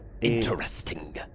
Interesting